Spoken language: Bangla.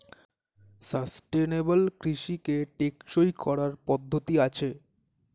সাস্টেনেবল কৃষিকে টেকসই করার পদ্ধতি আছে